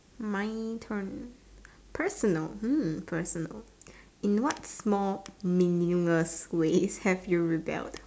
my turn personal hmm personal in what small meaningless ways have you rebelled